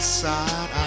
side